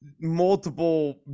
multiple